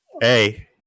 hey